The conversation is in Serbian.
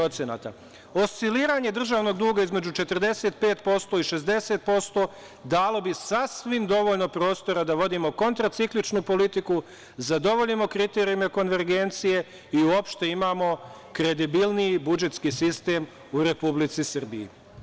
Osciliranje državnog duga između 45% i 60% dalo bi sasvim dovoljno prostora da vodimo kontracikličnu politiku, zadovoljimo kriterijume konvergencije i uopšte imamo kredibilniji budžetski sistem u Republici Srbiji.